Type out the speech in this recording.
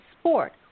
sport